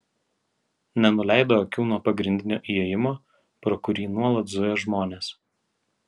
nenuleido akių nuo pagrindinio įėjimo pro kurį nuolat zujo žmonės